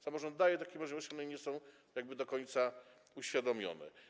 Samorząd daje takie możliwości, one nie są jakby do końca uświadomione.